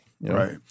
Right